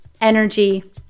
energy